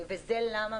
וזה למה?